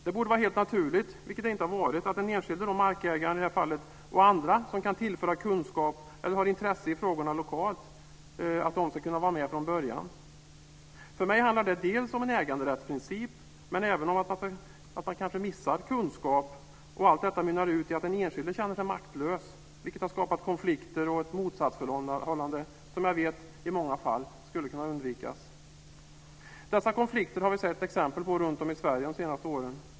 Det borde vara helt naturligt, vilket det inte har varit, att den enskilde markägaren i det här fallet och andra som kan tillföra kunskap eller har intresse i frågorna lokalt ska kunna vara med från början. För mig handlar det om en äganderättsprincip, men även om att man kan missa kunskap, och allt detta mynnar ut i att den enskilde känner sig maktlös, vilket kan skapa konflikter och ett motsatsförhållande som jag vet i många fall kan undvikas. Dessa konflikter har vi sett exempel på runtom i Sverige de senaste åren.